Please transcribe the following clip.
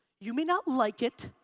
you may not like it.